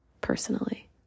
personally